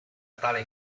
tale